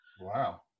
Wow